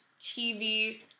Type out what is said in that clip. TV